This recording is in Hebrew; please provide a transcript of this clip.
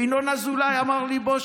ינון אזולאי אמר לי: בוא,